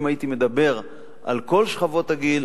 אם הייתי מדבר על כל שכבות הגיל,